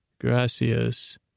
Gracias